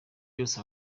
byose